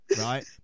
right